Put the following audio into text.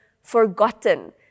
forgotten